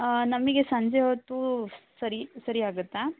ನಮಗೆ ಸಂಜೆ ಹೊತ್ತು ಸರಿ ಸರಿ ಆಗತ್ತಾ